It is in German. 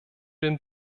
den